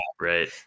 Right